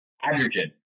hydrogen